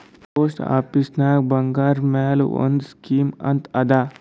post ಆಫೀಸ್ನಾಗ್ ಬಂಗಾರ್ ಮ್ಯಾಲ ಒಂದ್ ಸ್ಕೀಮ್ ಅಂತ್ ಅದಾ